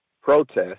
protest